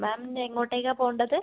മാമിന് എങ്ങോട്ടേക്കാണ് പോവേണ്ടത്